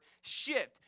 shift